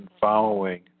following